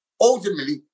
Ultimately